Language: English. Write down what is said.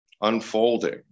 unfolding